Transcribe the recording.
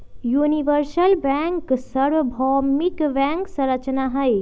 universal bank सर्वभौमिक bank संरचना हई